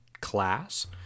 class